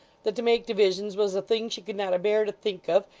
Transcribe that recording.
that to make divisions was a thing she could not abear to think of,